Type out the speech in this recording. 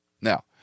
Now